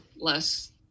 less